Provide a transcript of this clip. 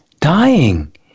dying